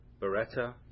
Beretta